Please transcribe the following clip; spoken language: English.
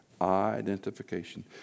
Identification